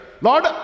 lord